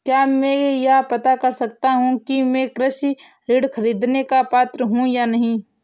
क्या मैं यह पता कर सकता हूँ कि मैं कृषि ऋण ख़रीदने का पात्र हूँ या नहीं?